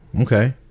okay